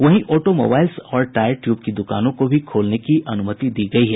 वहीं ऑटोमोबाईल्स और tyre tube की दुकानों को भी खोलने की अनुमति दी गयी है